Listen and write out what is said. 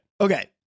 Okay